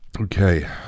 Okay